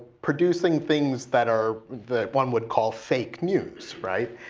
producing things that are that one would call fake news, right.